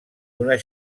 una